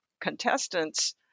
contestants